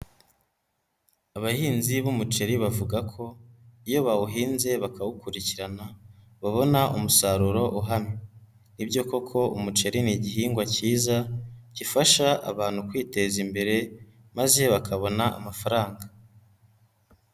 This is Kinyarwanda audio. Abahinzi b'umuceri bavuga ko iyo bawuhinze bakawukurikirana babona umusaruro uhamye, ni byo koko umuceri ni igihingwa kiza gifasha abantu kwiteza imbere maze bakabona amafaranga.